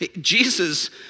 Jesus